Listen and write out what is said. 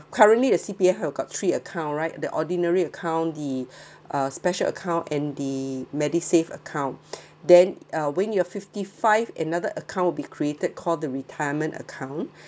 currently a C_P_F you got three account right the ordinary account the uh special account and the medisave account then uh when you're fifty-five another account will be created call the retirement account